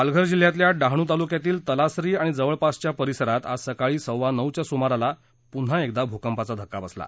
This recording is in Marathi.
पालघर जिल्ह्यातल्या डहाणू तालूक्यातील तलासरी आणि जवळपासच्या परिसरात आज सकाळी सव्वा नऊच्या सुमाराला पुन्हा एकदा भूकंपाचा धक्का बसला